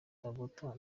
dakota